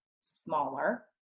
smaller